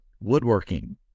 Woodworking